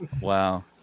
Wow